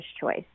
choice